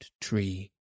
tree